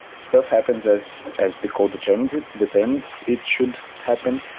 stuff happens as as the code determines it determines it should happen,